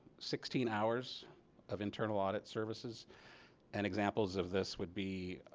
sixteen hours of internal audit services and examples of this would be